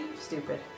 stupid